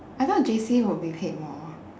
I thought J_C would be paid more